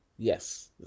Yes